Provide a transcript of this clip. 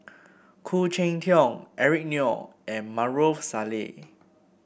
Khoo Cheng Tiong Eric Neo and Maarof Salleh